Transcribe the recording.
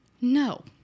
No